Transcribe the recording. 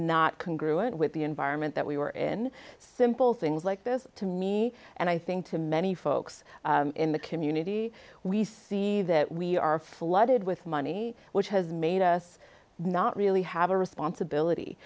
not can grew it with the environment that we were in simple things like this to me and i think to many folks in the community we see that we are flooded with money which has made us not really have a responsibility